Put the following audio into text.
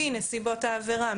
-- לפי נסיבות העבירה,